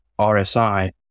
RSI